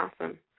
awesome